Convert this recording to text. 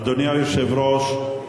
אדוני היושב-ראש,